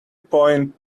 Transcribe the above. point